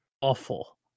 awful